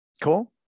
Cool